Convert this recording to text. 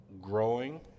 Growing